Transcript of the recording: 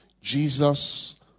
jesus